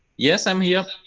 yes, i'm here.